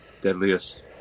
Deadliest